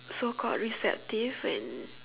so called receptive and